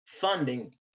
funding